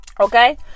okay